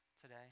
today